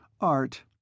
Art